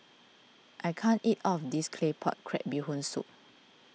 I can't eat all of this Claypot Crab Bee Hoon Soup